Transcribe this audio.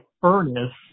furnace